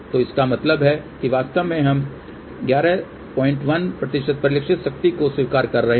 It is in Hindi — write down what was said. तो इसका मतलब है कि वास्तव में हम 111 परिलक्षित शक्ति को स्वीकार कर रहे हैं